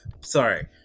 Sorry